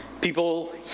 people